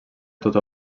tota